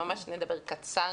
שממש נדבר קצר,